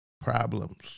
problems